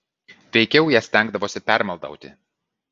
veikiau jas stengdavosi permaldauti